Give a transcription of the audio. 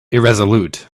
irresolute